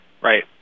Right